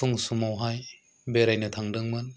फुं समावहाय बेरायनो थांदोंमोन